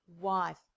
wife